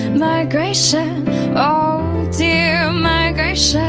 migration oh dear migration